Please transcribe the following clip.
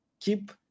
keep